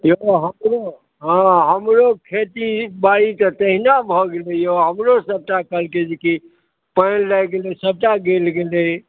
देखियौ हमरो हँ हमरो खेती बाड़ीके तऽ अहिना भऽ गेलै यौ हमरो सभटा कहलकै जे कि पानि लागि गेलै सभटा गलि गेलै